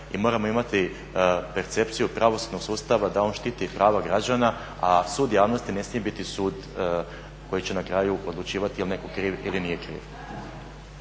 moramo imati percepciju pravosudnog sustava da on štiti prava građana, a sud javnosti ne smije biti sud koji će na kraju odlučivati je li netko kriv ili nije kriv.